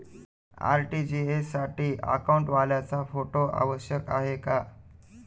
RTGS साठी अकाउंटवाल्याचा photo आवश्यक आहे का?